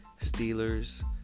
Steelers